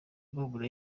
impumuro